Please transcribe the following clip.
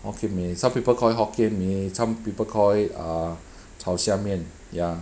hokkien mee some people call it hokkien mee some people call ah 炒虾面 ya